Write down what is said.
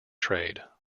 trade